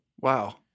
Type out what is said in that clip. Wow